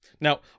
Now